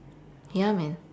ya man